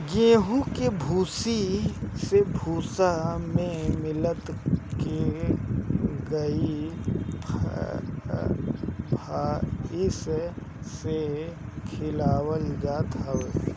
गेंहू के भूसी के भूसा में मिला के गाई भाईस के खियावल जात हवे